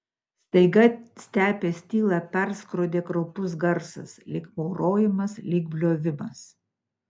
staiga stepės tylą perskrodė kraupus garsas lyg maurojimas lyg bliovimas